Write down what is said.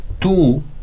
two